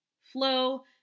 flow